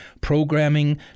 programming